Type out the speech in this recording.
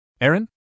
Aaron